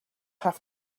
have